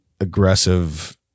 Aggressive